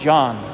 John